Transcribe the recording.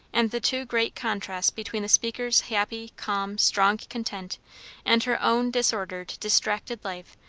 and the too great contrast between the speaker's happy, calm, strong content and her own disordered, distracted life,